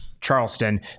Charleston